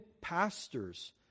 pastors